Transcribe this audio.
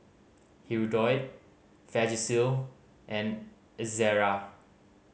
Hirudoid Vagisil and Ezerra